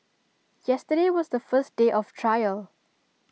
yesterday was the first day of trial